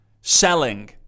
selling